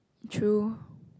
true